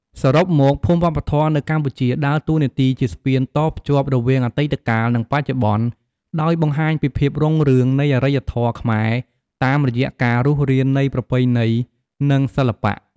សរុបមក ភូមិវប្បធម៌នៅកម្ពុជាដើរតួនាទីជាស្ពានតភ្ជាប់រវាងអតីតកាល និងបច្ចុប្បន្នដោយបង្ហាញពីភាពរុងរឿងនៃអរិយធម៌ខ្មែរតាមរយៈការរស់រាននៃប្រពៃណី និងសិល្បៈ។